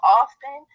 often